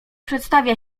przedstawia